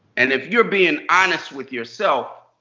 and if you're being honest with yourself,